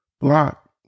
block